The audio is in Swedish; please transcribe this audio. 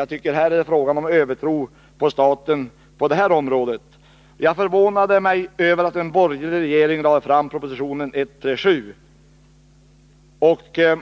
Även på detta område är det fråga om en övertro på staten. Jag förvånade mig över att en borgerlig regering lade fram propositionen 137.